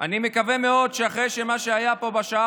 אני מקווה מאוד שאחרי מה שהיה פה בשעה